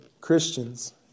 Christians